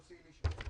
שוב,